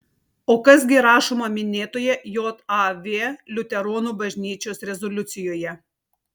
o kas gi rašoma minėtoje jav liuteronų bažnyčios rezoliucijoje